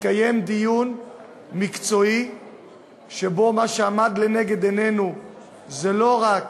התקיים דיון מקצועי שבו מה שעמד לנגד עינינו זה לא רק